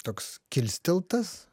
toks kilsteltas